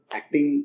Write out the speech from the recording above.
acting